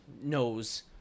knows